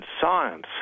science